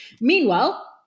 Meanwhile